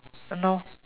!hannor!